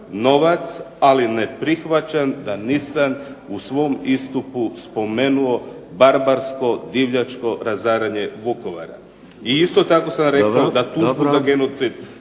ali ne prihvaćam da nisam u svom istupu spomenuo barbarsko, divljačko razaranje Vukovara. I isto tako sam rekao da tu… **Šeks,